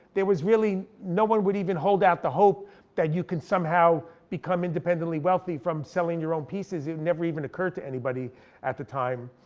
there was really, no one would even hold out the hope that you can somehow become independently wealthy from selling your own pieces, it never even occurred to anybody at the time.